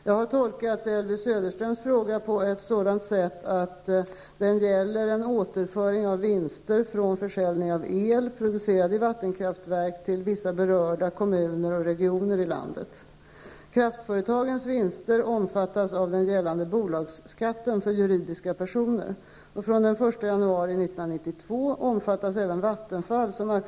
Jag har tolkat Elvy Söderströms fråga på ett sådant sätt att den gäller en återföring av vinster från försäljning av el producerad i vattenkraftverk till vissa berörda kommuner och regioner i landet.